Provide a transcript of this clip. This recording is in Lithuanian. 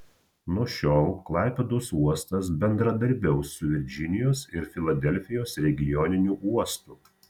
nuo šiol klaipėdos uostas bendradarbiaus su virdžinijos ir filadelfijos regioniniu uostu